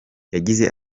yagize